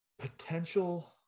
potential